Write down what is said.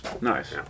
Nice